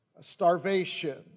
starvation